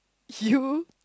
you